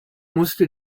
musste